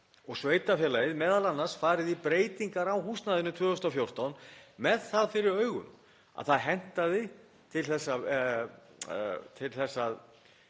og sveitarfélagið m.a. farið í breytingar á húsnæðinu 2014 með það fyrir augum að það hentaði til þess